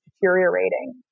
deteriorating